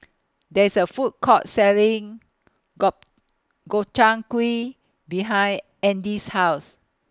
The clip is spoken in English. There IS A Food Court Selling Gob Gobchang Gui behind Andy's House